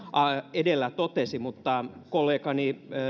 edellä totesi mutta kollegani